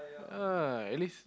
uh at least